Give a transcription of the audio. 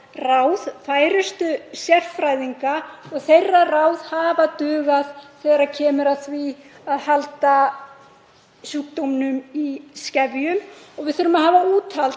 ráð færustu sérfræðinga og þeirra ráð hafa dugað þegar kemur að því að halda sjúkdómnum í skefjum. Við þurfum að hafa úthald